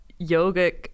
yogic